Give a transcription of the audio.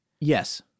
Yes